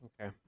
Okay